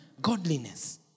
godliness